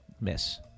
miss